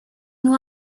nur